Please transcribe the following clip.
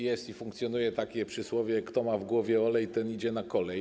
Jest i funkcjonuje takie przysłowie: kto ma w głowie olej, ten idzie na kolej.